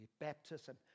Baptism